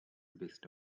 based